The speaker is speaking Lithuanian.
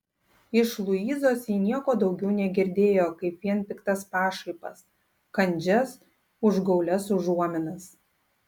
iš luizos ji nieko daugiau negirdėjo kaip vien piktas pašaipas kandžias užgaulias užuominas